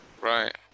right